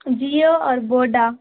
جیو اور ووڈا